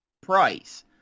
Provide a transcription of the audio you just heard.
price